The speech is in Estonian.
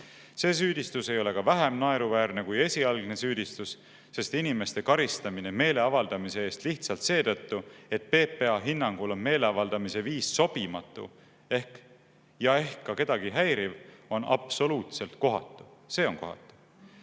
See süüdistus ei ole ka vähem naeruväärne kui esialgne süüdistus, sest inimeste karistamine meeleavaldamise eest lihtsalt seetõttu, et PPA hinnangul on meeleavaldamise viis sobimatu ja ehk ka kedagi häiriv, on absoluutselt kohatu. See on kohatu.